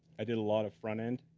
i did a lot of front-end.